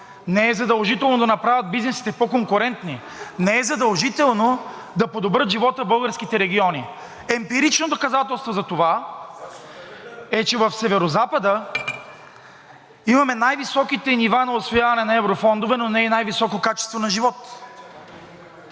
не е задължително да направят бизнесите по-конкурентни, не е задължително да подобрят живота в българските региони. Емпирично доказателство за това е, че в Северозапада имаме най високите нива на усвояване на еврофондове, но не и най-високо качество на живот.